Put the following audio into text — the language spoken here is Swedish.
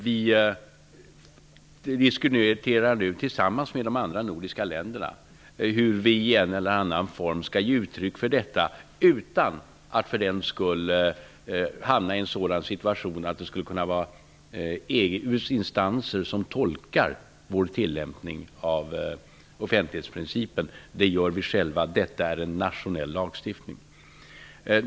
Vi diskuterar nu tillsammans med de övriga nordiska länderna hur vi i en eller annan form skall ge uttryck för detta, utan att för den skull hamna i en sådan situation att EU:s instanser tolkar vår tillämpning av offentlighetsprincipen. Det gör vi själva. Detta är en nationell lagstiftning.